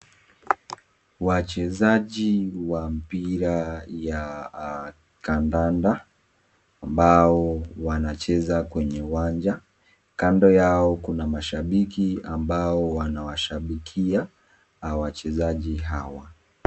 Wachezaji wa mpira ya kandanda ambao wanacheza kwenye uwanja kando yao kuna mashabiki ambao wanawashabikia wachezaji hawa.